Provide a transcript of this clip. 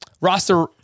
roster